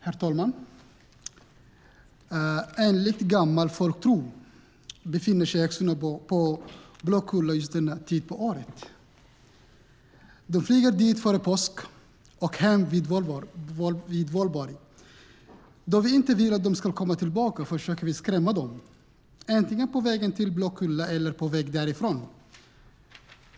Herr talman! Enligt gammal folktro befinner sig häxorna på Blåkulla vid just denna tid på året. De flyger dit före påsk och hem vid valborg. Då vi inte vill att de ska komma tillbaka försöker vi skrämma dem, antingen på väg till Blåkulla eller på väg därifrån.